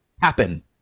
happen